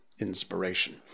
inspiration